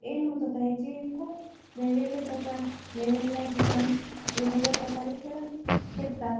एंण होत होता याचे खूप वेगवेगळे प्रकार वेगवेगळ्या ठिकाणी वेगवेगळ्या प्रकारे खेळत खेळतात